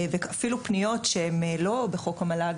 אפילו פניות שהם לא בחוק המל"ג,